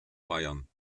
bayern